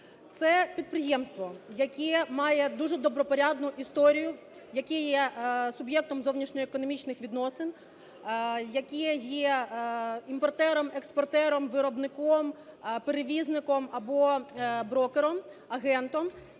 Це підприємство, яке має дуже добропорядну історію, яке є суб'єктом зовнішньоекономічних відносин, яке є імпортером, експортером, виробником, перевізником або брокером (агентом),